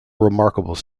remarkable